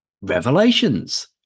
Revelations